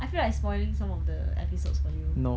I feel like spoiling some of the episodes for you